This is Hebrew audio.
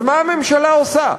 אז מה הממשלה עושה?